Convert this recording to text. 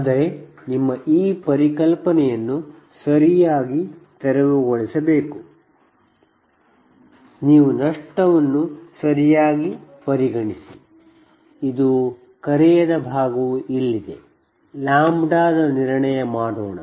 ಆದರೆ ನಾವು ಸರಿಯಾಗಿ ಪರಿಗಣಿಸಿ ನಷ್ಟವನ್ನು ಲ್ಯಾಂಬ್ಡಾದ ನಿರ್ಣಯ ಮಾಡೋಣ